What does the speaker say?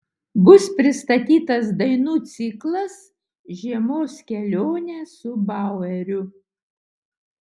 bus pristatytas dainų ciklas žiemos kelionė su baueriu